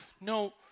no